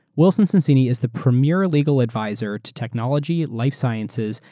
wilson sonsini is the premier legal adviser to technology, life sciences,